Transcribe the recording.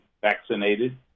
vaccinated